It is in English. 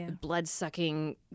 blood-sucking